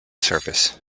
surface